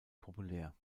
populär